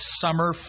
summer